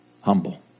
Humble